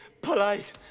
polite